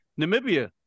Namibia